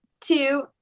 two